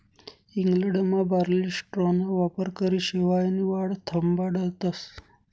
इंग्लंडमा बार्ली स्ट्राॅना वापरकरी शेवायनी वाढ थांबाडतस